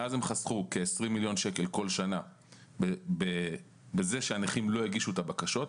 מאז הם חסכו כ-20 מיליון שקל בכל שנה בכך שהנכים לא הגישו את הבקשות.